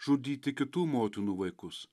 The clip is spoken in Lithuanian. žudyti kitų motinų vaikus